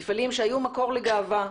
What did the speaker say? מפעלים שהיו מקור לגאווה,